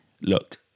look